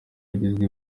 yagizwe